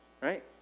Right